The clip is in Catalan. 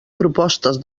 propostes